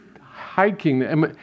hiking